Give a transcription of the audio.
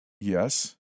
Yes